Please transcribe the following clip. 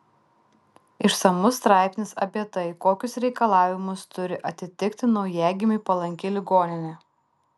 išsamus straipsnis apie tai kokius reikalavimus turi atitikti naujagimiui palanki ligoninė